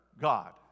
God